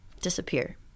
disappear